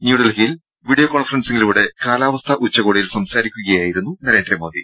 ന്യൂഡൽഹിയിൽ വിഡിയോ കോൺഫറൻസിംഗിലൂടെ കാലാവസ്ഥാ ഉച്ചകോടിയിൽ സംസാരിക്കുകയായിരുന്നു നരേന്ദ്രമോദി